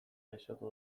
gaixotu